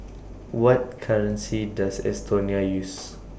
What currency Does Estonia use